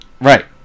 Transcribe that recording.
Right